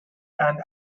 and